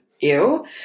ew